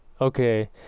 okay